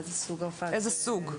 איזה סוג.